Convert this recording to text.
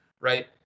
Right